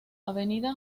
avenida